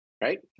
Right